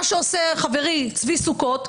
מה שעושה חברי צבי סוכות,